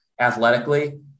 athletically